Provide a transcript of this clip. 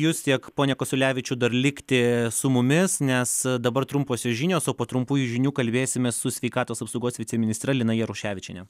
jus tiek pone kasiulevičių dar likti su mumis nes dabar trumposios žinios o po trumpųjų žinių kalbėsimės su sveikatos apsaugos viceministre lina jaruševičiene